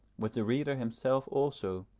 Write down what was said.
with the reader himself also,